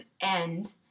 end